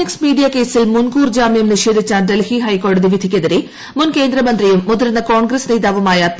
X media കേസിൽ മുൻ ്കൂ്ട്ർ ജാമ്യം നിഷേധിച്ച ഡൽഹി ഹൈക്കോടതി വിധിക്കെതിരെ മുൻക്കേന്ദ്രമ്ന്ത്രിയും മുതിർന്ന കോൺഗ്രസ്സ് നേതാവുമായ പി